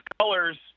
colors